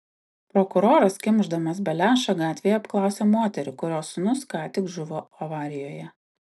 prokuroras kimšdamas beliašą gatvėje apklausia moterį kurios sūnus ką tik žuvo avarijoje